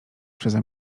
przeze